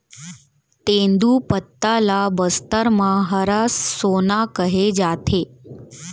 तेंदूपत्ता ल बस्तर म हरा सोना कहे जाथे